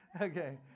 Okay